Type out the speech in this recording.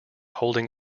holding